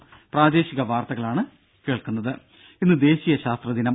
രും ഇന്ന് ദേശീയ ശാസ്ത്ര ദിനം